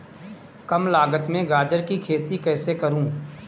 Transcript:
कम लागत में गाजर की खेती कैसे करूँ?